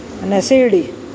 અને શિરડી